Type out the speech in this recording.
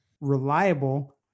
reliable